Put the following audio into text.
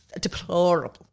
Deplorable